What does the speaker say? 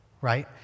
right